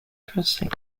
crossing